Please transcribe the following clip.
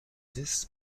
dix